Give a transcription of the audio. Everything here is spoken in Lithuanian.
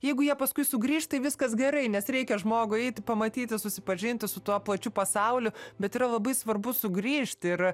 jeigu jie paskui sugrįš tai viskas gerai nes reikia žmogui eiti pamatyti susipažinti su tuo plačiu pasauliu bet yra labai svarbu sugrįžt ir